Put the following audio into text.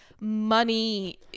money